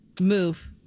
Move